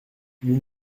nous